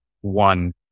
one